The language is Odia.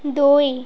ଦୁଇ